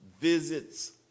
visits